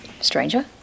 Stranger